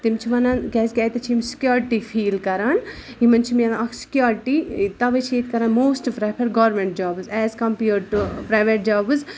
تِم چھِ وَنان کیٛازِکہِ اَتٮ۪تھ چھِ یِم سِکیوٗرٹی فیٖل کَران یِمَن چھِ ملان اَکھ سِکیوٗرٹی تَوَے چھِ ییٚتہِ کَران most prefer government jobs as compared to private jobs